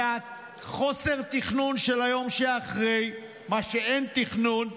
מחוסר התכנון של היום שאחרי, ממה שאין תכנון,